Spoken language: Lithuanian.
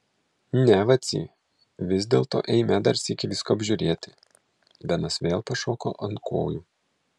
ne vacy vis dėlto eime dar sykį visko apžiūrėti benas vėl pašoko ant kojų